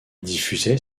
diffusait